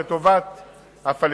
הוא לטובת הפלסטינים,